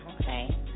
Okay